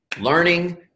learning